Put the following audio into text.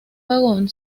vagón